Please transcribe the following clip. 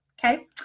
Okay